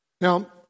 Now